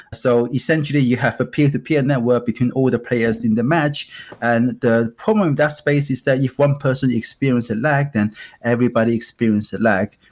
so essentially, you have a peer-to-peer network between all the players in the match and the problem in that space is that if one person experience a lag, then everybody experience a lag.